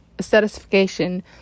satisfaction